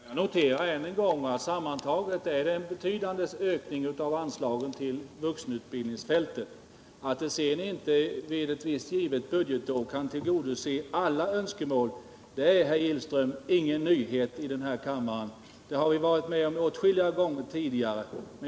Herr talman! Jag noterar än en gång att sammantaget är det en betydande ökning av anslagen till vuxenutbildningsfältet. Att det sedan inte ett visst givet budgetår går att tillgodose alla önskemål är, herr Gillström, ingen nyhet i den här kammaren. Det har vi varit med om åtskilliga gånger tidigare.